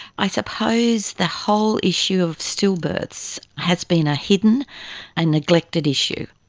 i suppose the whole issue of stillbirths has been a hidden and neglected issue.